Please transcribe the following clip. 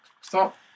stop